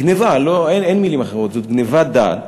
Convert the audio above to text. גנבה, אין מילים אחרות, זו גנבת דעת